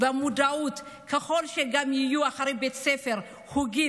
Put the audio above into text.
והמודעות ככל שגם יהיו אחרי בית הספר חוגי